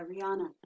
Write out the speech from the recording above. rihanna